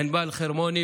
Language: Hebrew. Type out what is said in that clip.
ענבל חרמוני,